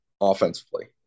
offensively